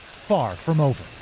far from over.